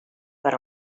per